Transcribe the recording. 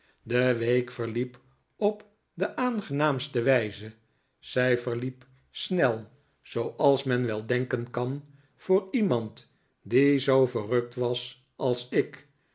de week verliep op de aangenaamste wijze zij verliep snel zooals men wel denken kan voor iemand die zoo verrukt was als ik